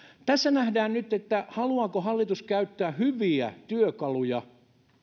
tässä nähdään nyt haluaako hallitus käyttää hyviä työkaluja